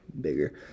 bigger